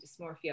dysmorphia